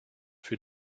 für